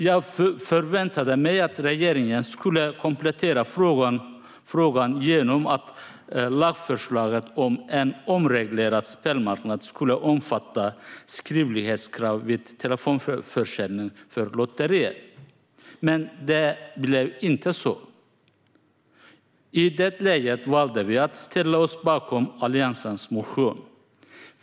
Jag förväntade mig att regeringen skulle komplettera frågan genom att lagförslaget om en omreglerad spelmarknad skulle omfatta skriftlighetskrav vid telefonförsäljning för lotterier. Men det blev inte så. I det läget valde vi att ställa oss bakom Alliansens motion.